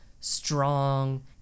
strong